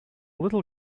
little